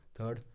Third